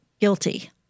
guilty